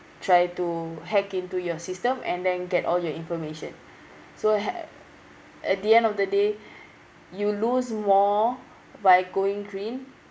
try to hack into your system and then get all your information so ha~ at the end of the day you lose more by going green